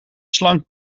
slang